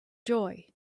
joy